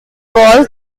ball